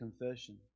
confession